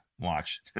Watch